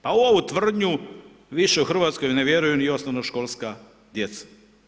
Pa u ovu tvrdnju više u Hrvatskoj ne vjeruju ni osnovnoškolska djeca.